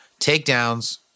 takedowns